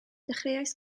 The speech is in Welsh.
dechreuais